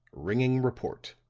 ringing report,